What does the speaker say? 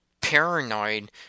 paranoid